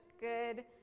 good